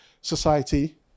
society